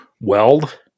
weld